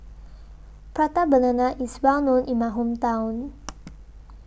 Prata Banana IS Well known in My Hometown